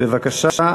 בבקשה.